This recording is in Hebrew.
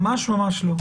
ממש ממש לא.